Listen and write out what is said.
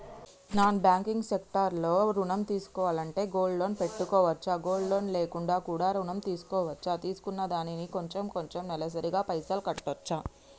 Non banking sector లో ఋణం తీసుకోవాలంటే గోల్డ్ లోన్ పెట్టుకోవచ్చా? గోల్డ్ లోన్ లేకుండా కూడా ఋణం తీసుకోవచ్చా? తీసుకున్న దానికి కొంచెం కొంచెం నెలసరి గా పైసలు కట్టొచ్చా?